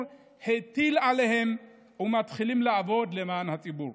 הטיל עליהם ומתחילים לעבוד למען הציבור.